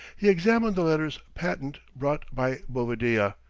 he examined the letters patent brought by bovadilla,